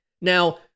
Now